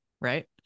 Right